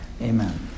Amen